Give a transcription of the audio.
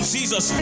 Jesus